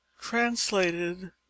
translated